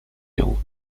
nią